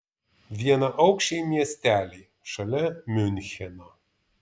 vienaaukščiai miesteliai šalia miuncheno